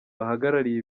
bahagarariye